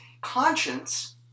conscience